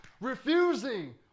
refusing